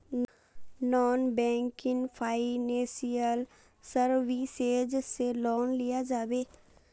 Non banking financial services से loan लिया जाबे?